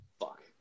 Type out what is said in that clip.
fuck